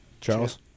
charles